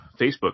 Facebook